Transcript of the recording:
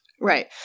Right